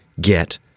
get